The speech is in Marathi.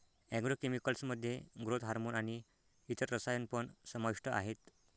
ऍग्रो केमिकल्स मध्ये ग्रोथ हार्मोन आणि इतर रसायन पण समाविष्ट आहेत